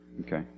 Okay